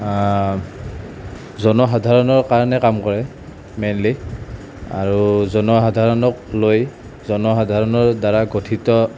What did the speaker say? জনসাধাৰণৰ কাৰণে কাম কৰে মেইনলি আৰু জনসাধাৰণক লৈ জনসাধাৰণৰ দ্বাৰা গঠিত